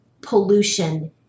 pollution